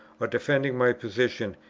or defending my position,